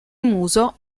muso